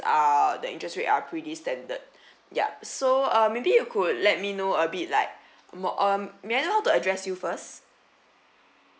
are the interest rate are pretty standard yup so uh maybe you could let me know a bit like more um may I know how to address you first